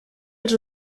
als